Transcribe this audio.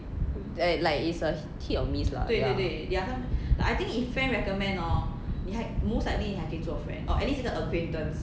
eh like it's a hit or miss lah ya there I think he friend recommend or you had most likely you talking to a friend or at least the acquaintance